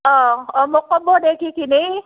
অ' অ' মোক ক'ব দে কি কিনে